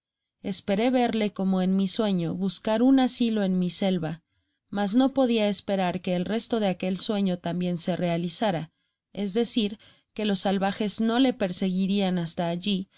esperé verle como en mi sueño buscar un asilo en mi selva mas no podia esperar que el resto de aquel sueño tambien se realizara es decir que los salvajes no le perseguirian hasta alli